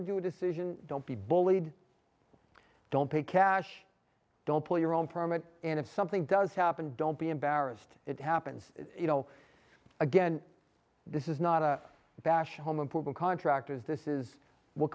into a decision don't be bullied don't pay cash don't pull your own permit and if something does happen don't be embarrassed it happens again this is not a bash home improvement contractors this is what